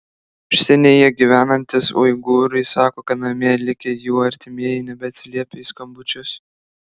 užsienyje gyvenantys uigūrai sako kad namie likę jų artimieji nebeatsiliepia į skambučius